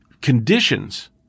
conditions